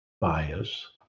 bias